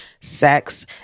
sex